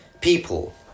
people